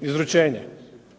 izručenje,